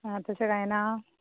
आं तशें जायना